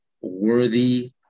worthy